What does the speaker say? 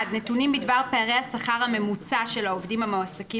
נתונים בדבר פערי השכר הממוצע של העובדים המועסקים